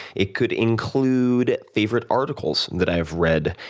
it could include favorite articles that i have read,